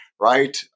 right